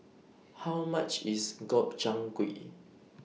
How much IS Gobchang Gui